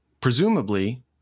Presumably